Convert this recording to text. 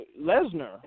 Lesnar